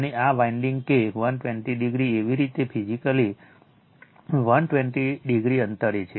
અને આ વાઇન્ડીંગ કે 120 o એવી જ રીતે ફિઝિકલી 120 o અંતરે છે